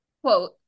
Quote